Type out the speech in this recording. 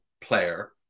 player